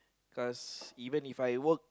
cause even If I work